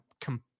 come